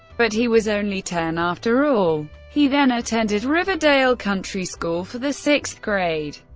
but he was only ten after all. he then attended riverdale country school for the sixth grade.